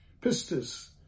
pistis